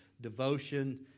devotion